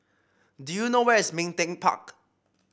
do you know where is Ming Teck Park